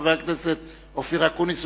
חבר הכנסת אופיר אקוניס,